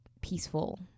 peaceful